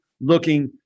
looking